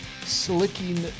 slicking